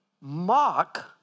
mock